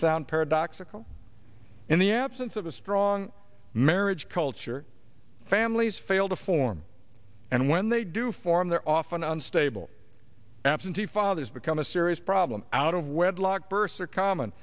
sound paradoxical in the absence of a strong marriage culture families fail to form and when they do form their often unstable absentee fathers become a serious problem out of wedlock births are common